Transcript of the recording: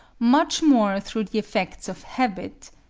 much more through the effects of habit,